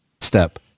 step